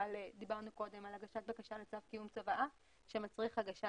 דיברנו קודם על הגשת בקשה לצו קיום צוואה שמצריך הגשה